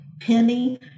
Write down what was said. Penny